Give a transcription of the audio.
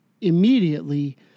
immediately